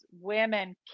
women